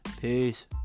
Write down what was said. Peace